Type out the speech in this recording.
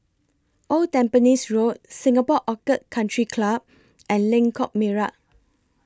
Old Tampines Road Singapore Orchid Country Club and Lengkok Merak